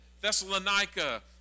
Thessalonica